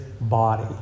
body